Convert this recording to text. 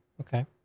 okay